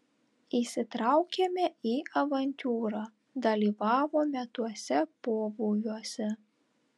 įsitraukėme į avantiūrą dalyvavome tuose pobūviuose